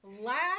last